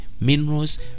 minerals